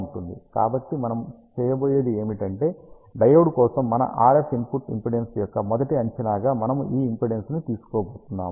కాబట్టి మనం చేయబోయేది ఏమిటంటే డయోడ్ కోసం మన RF ఇన్పుట్ ఇంపిడెన్స్ యొక్క మొదటి అంచనాగా మనము ఈ ఇంపిడెన్స్ ని తీసుకోబోతున్నాము